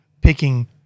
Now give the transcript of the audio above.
picking